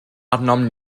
arnom